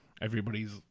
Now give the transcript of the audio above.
everybody's